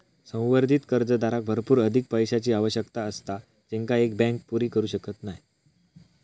संवर्धित कर्जदाराक भरपूर अधिक पैशाची आवश्यकता असता जेंका एक बँक पुरी करू शकत नाय